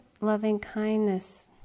loving-kindness